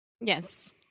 yes